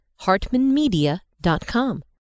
hartmanmedia.com